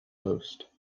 host